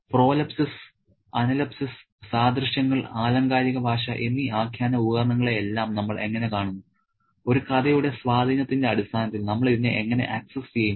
prolepsis analepsis സാദൃശ്യങ്ങൾ ആലങ്കാരിക ഭാഷ എന്നീ ആഖ്യാന ഉപകരണങ്ങളെയെല്ലാം നമ്മൾ എങ്ങനെ കാണുന്നു ഒരു കഥയുടെ സ്വാധീനത്തിന്റെ അടിസ്ഥാനത്തിൽ നമ്മൾ ഇതിനെ എങ്ങനെ ആക്സസ് ചെയ്യും